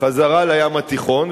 חזרה לים התיכון,